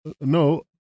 No